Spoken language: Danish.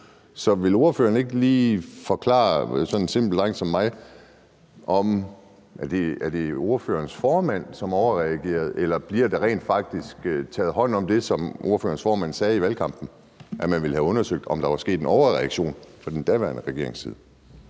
Så vil ordføreren ikke lige forklare sådan en simpel dreng som mig, om det er ordførerens formand, som overreagerede, eller om der rent faktisk bliver taget hånd om det, som ordførerens formand sagde i valgkampen at man ville have undersøgt, nemlig om der var sket en overreaktion fra den daværende regerings side?